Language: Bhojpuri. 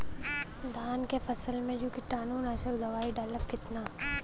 धान के फसल मे जो कीटानु नाशक दवाई डालब कितना?